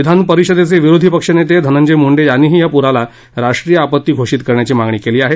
विधान परिषदेचे विरोधी पक्षनेते धनंजय मुंडे यांनीही या पुराला राष्ट्रीय आपत्ती घोषित करण्याची मागणी केली आहे